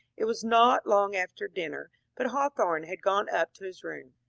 it was not long after dinner, but hawthorne had gone up to his room.